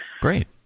Great